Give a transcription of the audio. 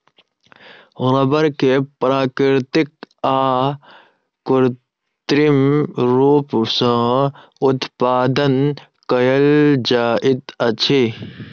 रबड़ के प्राकृतिक आ कृत्रिम रूप सॅ उत्पादन कयल जाइत अछि